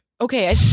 okay